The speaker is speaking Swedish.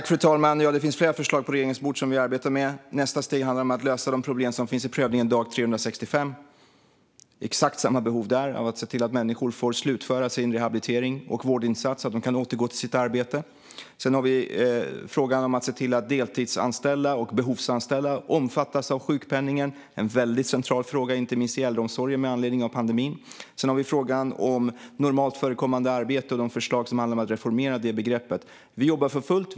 Fru talman! Ja, det finns flera förslag på regeringens bord som vi arbetar med. Nästa steg handlar om att lösa de problem som finns i prövningen dag 365. Där finns exakt samma behov av att se till att människor får slutföra sin rehabilitering och vårdinsats så att de kan återgå till sitt arbete. Vi har frågan om att se till att deltidsanställda och behovsanställda omfattas av sjukpenningen, en central fråga inte minst i äldreomsorgen med anledning av pandemin. Sedan har vi frågan om normalt förekommande arbete och de förslag som handlar om att reformera det begreppet. Vi jobbar för fullt.